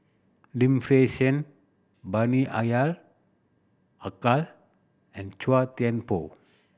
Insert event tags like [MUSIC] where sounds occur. Lim Fei Shen Bani [UNINTELLIGIBLE] Haykal and Chua Thian Poh